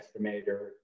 estimator